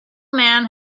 man